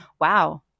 wow